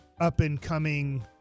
up-and-coming